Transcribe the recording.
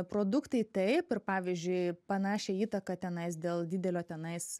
produktai taip ir pavyzdžiui panašią įtaką tenais dėl didelio tenais